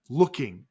looking